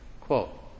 Quote